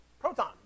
proton